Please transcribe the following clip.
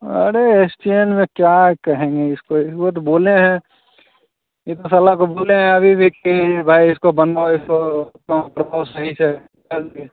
अरे इस्टैन में क्या कहेंगे इसको इसको तो बोले हैं यह तो साला को बोले हैं अभी भी कि भाई इसको बनवाओ इसको काम करवाओ सही से जल्दी